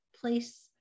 place